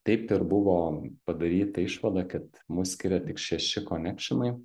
taip ir buvo padaryta išvada kad mus skiria tik šeši konekšinai